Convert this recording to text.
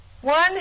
One